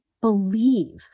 believe